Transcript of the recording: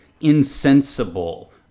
insensible